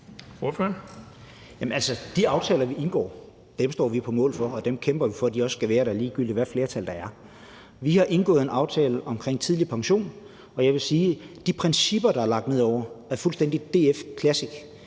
de aftaler, vi indgår, står vi på mål for, og dem kæmper vi for skal være der, ligegyldigt hvilket flertal der er. Vi har indgået en aftale omkring tidlig pension, og jeg vil sige, at de principper, der er lagt ned over den, er fuldstændig DF classic.